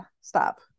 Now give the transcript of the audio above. stop